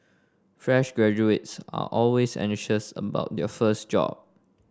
fresh graduates are always anxious about their first job